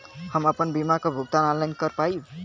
हम आपन बीमा क भुगतान ऑनलाइन कर पाईब?